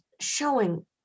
showing